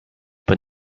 but